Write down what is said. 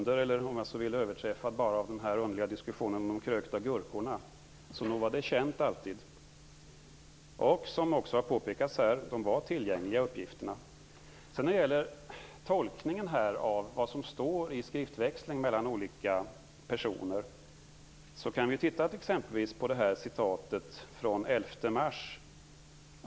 Den överträffades bara av den underliga diskussionen om de krökta gurkorna. Nog var detta känt. Som det påpekats var uppgifterna tillgängliga. När det gäller tolkningar av vad som står i skriftväxlingen mellan olika personer låt oss exempelvis titta på den från den 11 mars.